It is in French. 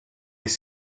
les